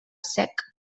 sec